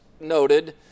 noted